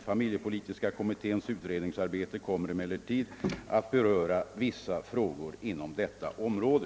Familjepolitiska - kommitténs <utredningsarbete kommer emellertid att beröra vissa frågor inom detta område. '